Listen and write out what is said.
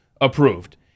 approved